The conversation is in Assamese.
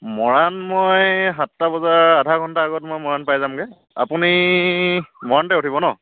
মৰাণ মই সাতটা বজাৰ আধা ঘণ্টা আগত মই মৰাণ পাই যামগৈ আপুনি মৰাণতে উঠিব ন'